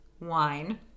wine